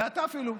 ואתה אפילו,